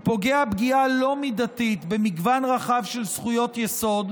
הוא פוגע פגיעה לא מידתית במגוון רחב של זכויות יסוד,